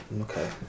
Okay